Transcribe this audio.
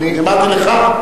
אני אמרתי לך?